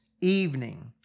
evening